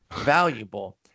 valuable